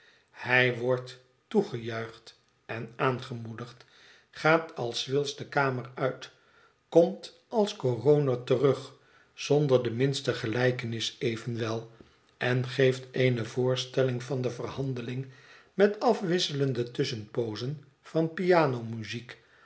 hij wordt toegejuicht en aangemoedigd gaat als swills de kamer uit komt als coroner terug zonder de minste gelijkenis evenwel en geeft eene voorstelling van de verhandeling met afwisselende tusschenpoozen van pianomuziek